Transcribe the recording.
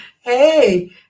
hey